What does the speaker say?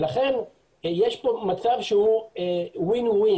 לכן יש כאן מצב שהוא וין-וין,